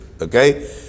Okay